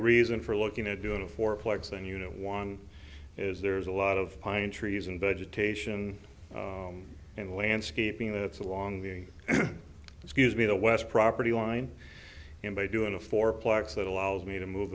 reason for looking at doing a fourplex and you know one is there's a lot of pine trees and vegetation and landscaping that's along the excuse me the west property line and by doing a fourplex that allows me to move